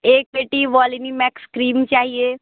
एक पेटी Volini max cream चाहिए